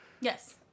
Yes